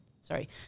sorry